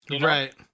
Right